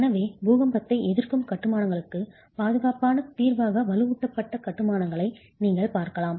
எனவே பூகம்பத்தை எதிர்க்கும் கட்டுமானங்களுக்கு பாதுகாப்பான தீர்வாக வலுவூட்டப்பட்ட கட்டுமானம்களை நீங்கள் பார்க்கலாம்